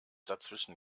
dazwischen